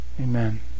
Amen